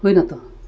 ᱦᱩᱭᱱᱟ ᱛᱚ